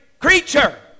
creature